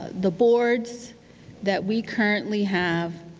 the boards that we currently have,